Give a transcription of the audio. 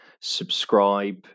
subscribe